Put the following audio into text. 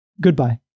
goodbye